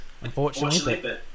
Unfortunately